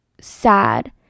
sad